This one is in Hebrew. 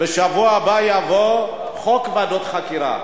בשבוע הבא יבוא חוק ועדות חקירה.